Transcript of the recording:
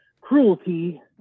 cruelty